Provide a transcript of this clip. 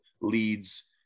leads